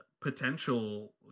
potential